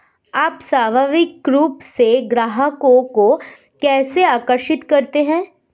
आप स्वाभाविक रूप से ग्राहकों को कैसे आकर्षित करते हैं?